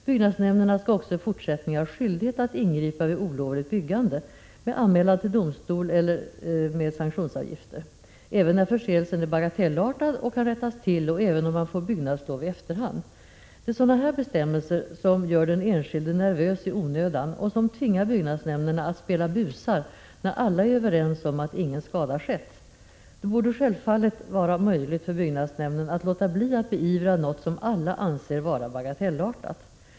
Byggnadsnämnderna skall också i fortsättningen ha skyldighet att ingripa vid olovligt byggande med anmälan till domstol eller med sanktionsavgifter — även när förseelsen är bagatellartad och kan rättas till och även om man får byggnadslov i efterhand. Det är sådana här bestämmelser som gör den enskilde nervös i onödan och som tvingar byggnadsnämnderna att spela busar fastän alla är överens om att ingen skada skett. Det borde självfallet vara möjligt för byggnadsnämnden att låta bli att beivra något som alla anser vara bagatellartat.